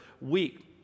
week